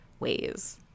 ways